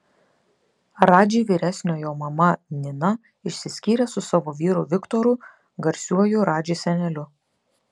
radži vyresniojo mama nina išsiskyrė su savo vyru viktoru garsiuoju radži seneliu